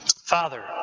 Father